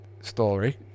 story